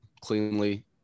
cleanly